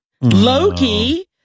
loki